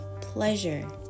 pleasure